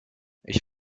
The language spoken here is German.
ich